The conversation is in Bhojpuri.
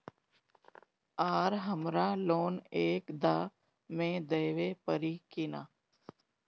आर हमारा लोन एक दा मे देवे परी किना?